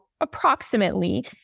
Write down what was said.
approximately